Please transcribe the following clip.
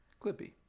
clippy